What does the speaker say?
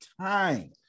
time